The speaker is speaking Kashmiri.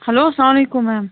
ہیٚلو اسلام علیکُم میم